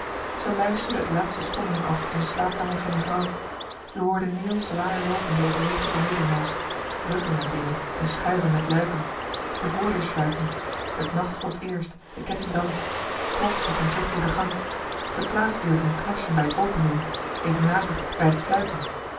zij luisterde het laatste stommelen af in de slaapkamer van mevrouw zij hoorde neel zwaar loopen door het leege benedenhuis rukken aan dingen en schuiven met luiken de voordeur sluiten het nachtslot eerst den ketting dan plofstappen terug door de gang de plaatsdeur doen knarsen bij t opendoen even later bij het sluiten